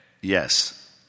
Yes